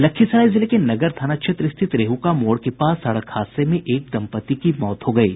लखीसराय जिले के नगर थाना क्षेत्र स्थित रेहुका मोड़ के पास सड़क हादसे में एक दंपति की मौत हो गयी